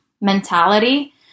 mentality